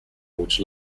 which